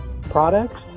products